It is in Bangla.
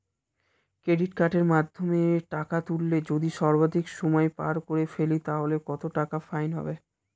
ক্রেডিট কার্ডের মাধ্যমে টাকা তুললে যদি সর্বাধিক সময় পার করে ফেলি তাহলে কত টাকা ফাইন হবে?